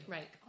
Right